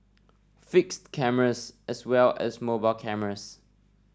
fixed cameras as well as mobile cameras